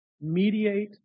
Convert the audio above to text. Mediate